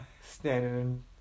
Standing